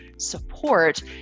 support